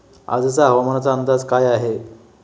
आजचा हवामानाचा अंदाज काय आहे?